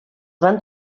van